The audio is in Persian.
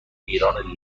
ایران